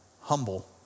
humble